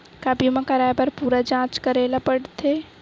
का बीमा कराए बर पूरा जांच करेला पड़थे?